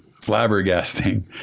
flabbergasting